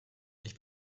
ich